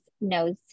knows